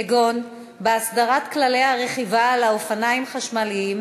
כגון הסדרת כללי הרכיבה על אופניים חשמליים,